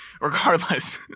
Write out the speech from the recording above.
Regardless